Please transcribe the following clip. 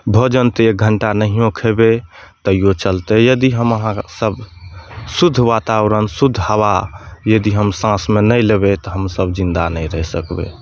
भोजन तऽ एक घण्टा नहियो खयबै तैयो चलतै यदि हम अहाँके शुद्ध वातावरण शुद्ध हवा यदि हम साँसमे नहि लेबै तऽ हमसभ जिन्दा नहि रहि सकबै